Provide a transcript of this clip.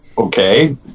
okay